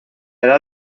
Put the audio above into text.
edad